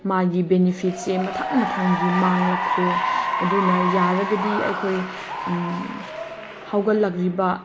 ꯃꯥꯒꯤ ꯕꯦꯅꯤꯐꯤꯠꯁꯦ ꯃꯊꯪ ꯃꯊꯪꯒꯤ ꯃꯥꯡꯂꯛꯈ꯭ꯔꯦ ꯑꯗꯨꯅ ꯌꯥꯔꯒꯗꯤ ꯑꯩꯈꯣꯏ ꯍꯧꯒꯠꯂꯛꯂꯤꯕ